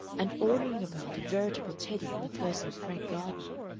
and ordering about a veritable teddy in the person of frank gardner,